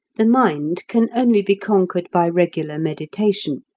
the mind can only be conquered by regular meditation,